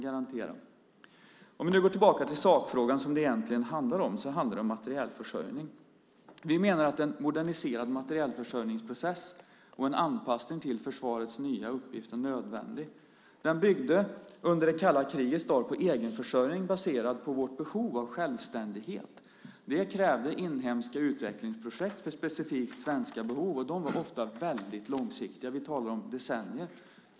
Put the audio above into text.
Den sakfråga som det egentligen handlar om är materielförsörjning. Vi menar att en moderniserad materielförsörjningsprocess och en anpassning till försvarets nya uppgift är nödvändig. Den byggde under det kalla krigets dagar på egenförsörjning baserad på vårt behov av självständighet. Det krävde inhemska utvecklingsprojekt för specifikt svenska behov. De var ofta väldigt långsiktiga; vi talar om decennier.